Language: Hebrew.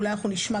אולי אנחנו נשמע,